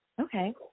Okay